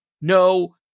no